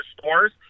stores